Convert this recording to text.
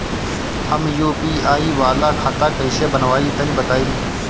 हम यू.पी.आई वाला खाता कइसे बनवाई तनि बताई?